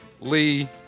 Lee